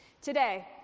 Today